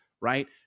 right